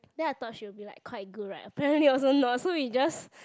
then I thought she'll be like quite good right apparently also not so we just